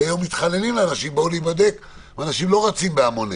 היום מתחננים לאנשים לבוא ולהיבדק והם לא רצים בהמוניהם.